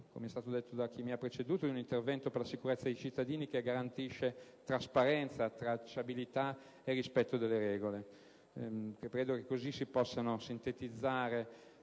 come sostenuto da chi mi ha preceduto, si tratta di un intervento per la sicurezza dei cittadini che garantisce trasparenza, tracciabilità e rispetto delle regole. Si possono così sintetizzare